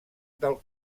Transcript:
del